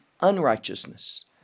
unrighteousness